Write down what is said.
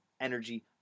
energy